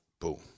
boom